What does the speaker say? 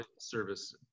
service